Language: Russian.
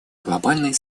глобальной